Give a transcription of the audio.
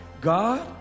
God